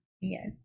Yes